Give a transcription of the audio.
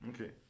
Okay